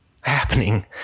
happening